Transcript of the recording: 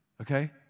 okay